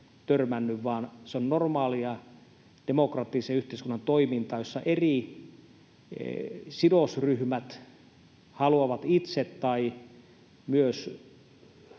vaan se on normaalia demokraattisen yhteiskunnan toimintaa, jossa eri sidosryhmät haluavat itse tai myös heidän